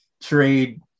trade –